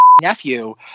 nephew